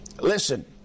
Listen